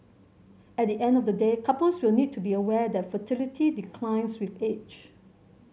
at the end of the day couples will need to be aware that fertility declines with age